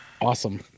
Awesome